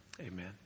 Amen